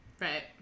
Right